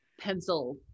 pencil